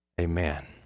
Amen